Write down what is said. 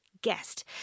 guest